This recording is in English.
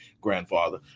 grandfather